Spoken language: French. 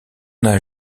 n’a